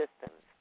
Systems